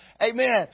amen